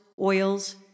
oils